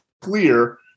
clear